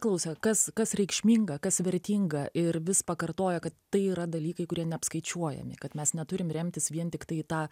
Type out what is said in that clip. klausia kas kas reikšminga kas vertinga ir vis pakartoja kad tai yra dalykai kurie neapskaičiuojami kad mes neturim remtis vien tiktai tą